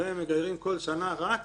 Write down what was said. והם מגיירים כל שנה רק